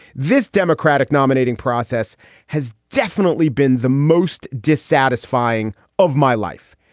this democratic nominating process has definitely been the most dissatisfying of my life.